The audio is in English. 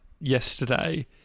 yesterday